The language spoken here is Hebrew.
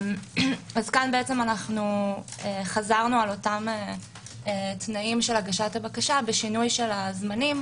כאן חזרנו על אותם תנאים של הגשת הבקשה בשינוי הזמנים,